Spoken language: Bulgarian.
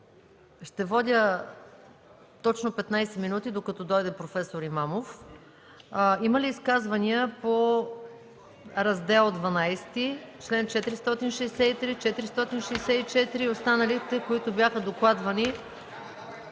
ще водя точно 15 минути, докато дойде проф. Имамов. Има ли изказвания по Раздел ХІІ, чл. 463, чл. 464 и останалите, които бяха докладвани